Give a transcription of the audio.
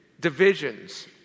divisions